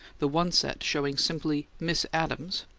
the one set showing simply miss adams,